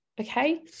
okay